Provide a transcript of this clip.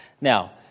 Now